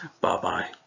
Bye-bye